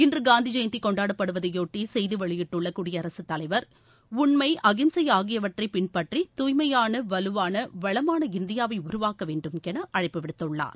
இன்று காந்தி ஜெயந்தி கொண்டாடப்படுவதையொட்டி செய்தி வெளியிட்டுள்ள குடியரசுத்தலைவர் உண்மை அகிம்சை ஆகியவற்றை பின்பற்றி தூய்மையான வலுவான வளமான இந்தியாவை உருவாக்க வேண்டும் என அழைப்பு விடுத்துள்ளார்